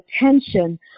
attention